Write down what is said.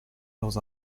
dans